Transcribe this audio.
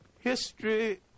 History